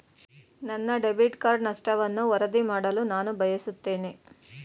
ನನ್ನ debit card ನಷ್ಟವನ್ನು ವರದಿ ಮಾಡಲು ನಾನು ಬಯಸುತ್ತೇನೆ